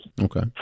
Okay